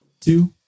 two